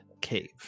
cave